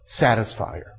satisfier